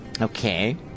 Okay